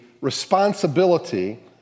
responsibility